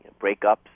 breakups